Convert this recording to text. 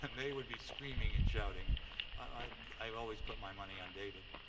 and they would be screaming and shouting. and i've i've always put my money on david.